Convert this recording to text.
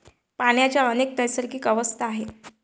पाण्याच्या अनेक नैसर्गिक अवस्था आहेत